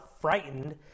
frightened